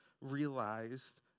realized